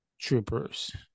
troopers